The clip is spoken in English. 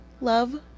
Love